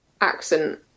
accent